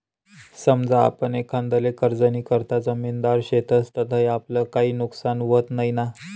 समजा आपण एखांदाले कर्जनीकरता जामिनदार शेतस तधय आपलं काई नुकसान व्हत नैना?